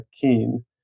Keen